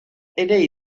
ere